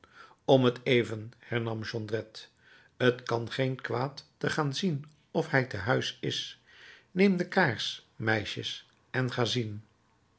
om t even hernam jondrette t kan geen kwaad te gaan zien of hij te huis is neem de kaars meisje en ga zien